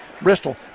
Bristol